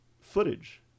footage